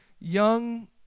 young